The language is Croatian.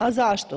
A zašto?